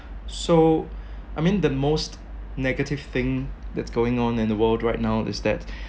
so I mean the most negative thing that's going on in the world right now is that